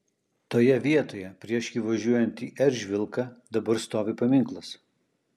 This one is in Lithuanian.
toje vietoje prieš įvažiuojant į eržvilką dabar stovi paminklas